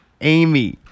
Amy